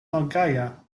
malgaja